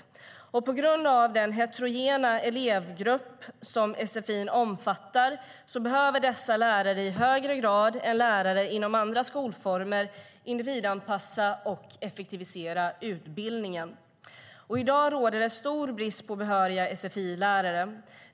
På grund av den heterogena elevgrupp som sfi omfattar behöver dessa lärare i högre grad än lärare inom andra skolformer individanpassa och effektivisera utbildningen.I dag råder det stor brist på behöriga sfi-lärare.